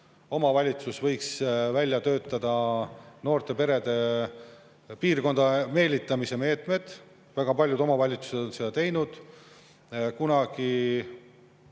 Omavalitsus võiks välja töötada noorte perede piirkonda meelitamise meetmed. Väga paljud omavalitsused ongi seda teinud.